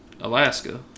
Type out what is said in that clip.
Alaska